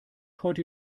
heute